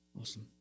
Awesome